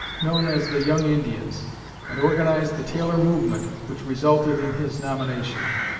known as the young indians and organized the taylor movement which resulted in his nomination.